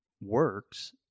works